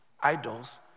idols